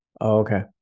Okay